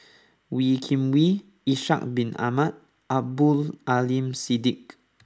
Wee Kim Wee Ishak Bin Ahmad and Abdul Aleem Siddique